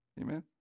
Amen